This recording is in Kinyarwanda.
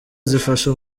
zifasha